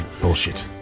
bullshit